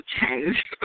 change